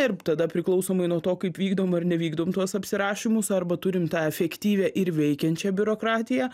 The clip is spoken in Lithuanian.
ir tada priklausomai nuo to kaip vykdom ar nevykdom tuos apsirašymus arba turim tą efektyvią ir veikiančią biurokratiją